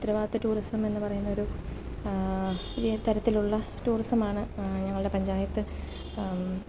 ഉത്തരവാദിത്ത ടൂറിസം എന്ന് പറയുന്നൊരു ഈ തരത്തിലുള്ള ടൂറിസമാണ് ഞങ്ങളുടെ പഞ്ചായത്ത്